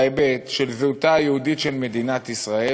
בהיבט של זהותה היהודית של מדינת ישראל,